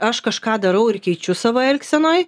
aš kažką darau ir keičiu savo elgsenoj